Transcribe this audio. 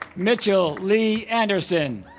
mitchell lee anderson